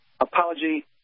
Apology